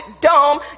dumb